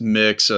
mix